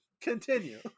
continue